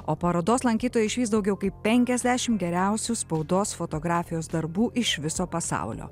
o parodos lankytojai išvys daugiau kaip penkiasdešim geriausių spaudos fotografijos darbų iš viso pasaulio